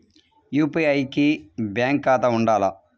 UPI కి bank ఖాతా ఉండాల?